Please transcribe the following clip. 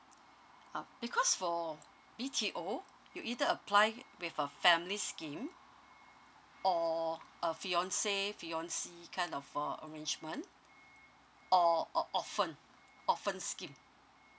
uh because for B_T_O you either apply with a family scheme or a fiance fiancee kind of uh arrangement or or orphan orphan scheme